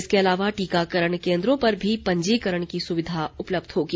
इसके अलावा टीकाकरण केन्द्रों पर भी पंजीकरण की सुविधा उपलब्ध होगी